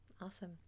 awesome